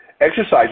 Exercise